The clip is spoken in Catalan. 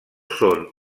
són